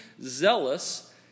zealous